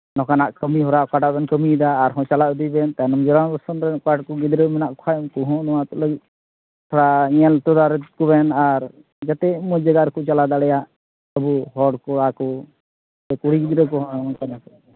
ᱱᱚᱝᱠᱟᱱᱟᱜ ᱠᱟᱹᱢᱤᱦᱚᱨᱟ ᱚᱠᱟᱴᱟᱜ ᱵᱮᱱ ᱠᱟᱹᱢᱤᱭᱮᱫᱟ ᱟᱨᱦᱚᱸ ᱪᱟᱞᱟᱣ ᱤᱫᱤᱭ ᱵᱮᱱ ᱛᱟᱭᱚᱢ ᱡᱮᱱᱟᱨᱮᱥᱚᱱ ᱨᱮᱱ ᱱᱚᱝᱠᱟᱱ ᱠᱚ ᱜᱤᱫᱽᱨᱟᱹ ᱢᱮᱱᱟᱜ ᱠᱚ ᱠᱷᱟᱱ ᱩᱱᱠᱩ ᱦᱚᱸ ᱱᱚᱣᱟ ᱛᱮ ᱞᱟᱹᱜᱤᱫ ᱛᱷᱚᱲᱟ ᱧᱮᱞ ᱛᱚᱨᱟᱠᱚᱵᱮᱱ ᱟᱨ ᱡᱟᱛᱮ ᱢᱚᱡᱽ ᱡᱟᱭᱜᱟ ᱨᱮᱠᱚ ᱪᱟᱞᱟᱣ ᱫᱟᱲᱮᱭᱟᱜ ᱟᱵᱚ ᱦᱚᱲ ᱠᱚᱲᱟ ᱠᱚ ᱥᱮ ᱠᱩᱲᱤ ᱜᱤᱫᱽᱨᱟᱹ ᱠᱚᱦᱚᱸ ᱮᱢ ᱠᱟᱱᱟ ᱠᱚ